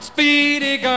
Speedy